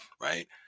right